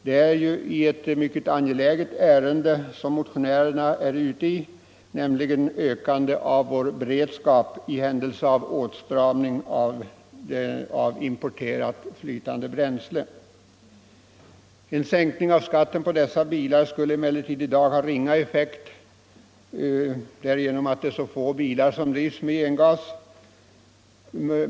Det är ju ett mycket angeläget ärende som motionärerna är ute i, nämligen att öka vår beredskap i händelse av åtstramning av importerat flytande bränsle. En sänkning av skatten på dessa bilar skulle emellertid i dag ha ringa effekt eftersom det är så få bilar som drivs med gengas.